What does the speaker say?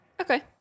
Okay